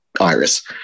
Iris